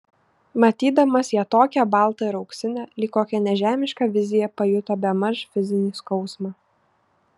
matydamas ją tokią baltą ir auksinę lyg kokią nežemišką viziją pajuto bemaž fizinį skausmą